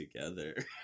together